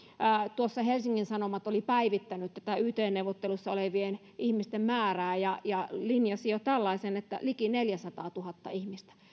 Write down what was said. tuossa helsingin sanomat oli päivittänyt tätä yt neuvotteluissa olevien ihmisten määrää ja ja linjasi jo tällaisen että heitä on liki neljäsataatuhatta ihmistä